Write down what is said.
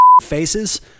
faces